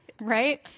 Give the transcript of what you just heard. Right